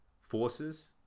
forces